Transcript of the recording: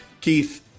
Keith